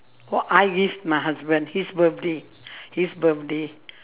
orh I give my husband his birthday his birthday